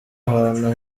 ahantu